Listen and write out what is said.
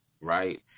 right